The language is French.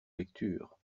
lecture